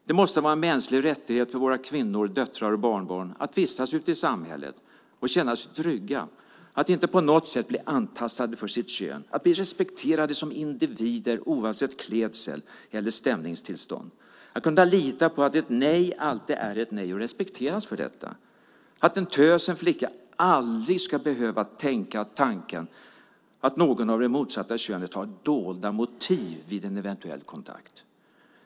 Det måste vara en mänsklig rättighet för våra kvinnor, döttrar och barnbarn att vistas ute i samhället och känna sig trygga, att inte på något sätt bli antastade för sitt kön, att bli respekterade som individer oavsett klädsel eller stämningstillstånd, att kunna lita på att ett nej alltid är ett nej och respekteras för detta, att en tös, en flicka aldrig skall behöva tänka tanken att någon av det motsatta könet har dolda motiv vid en eventuell kontakt.